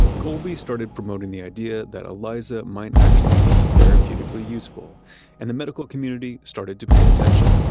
colby started promoting the idea that eliza might actually be therapeutically useful and the medical community started to pay attention.